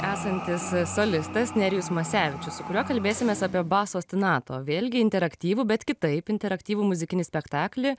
esantis solistas nerijus masevičius su kuriuo kalbėsimės apie baso ostinato vėlgi interaktyvų bet kitaip interaktyvų muzikinį spektaklį